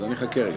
אז אני אחכה רגע.